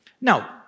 Now